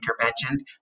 interventions